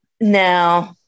No